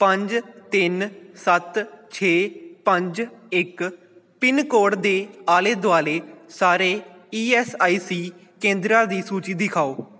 ਪੰਜ ਤਿੰਨ ਸੱਤ ਛੇ ਪੰਜ ਇੱਕ ਪਿੰਨ ਕੋਡ ਦੇ ਆਲੇ ਦੁਆਲੇ ਸਾਰੇ ਈ ਐੱਸ ਆਈ ਸੀ ਕੇਂਦਰਾਂ ਦੀ ਸੂਚੀ ਦਿਖਾਓ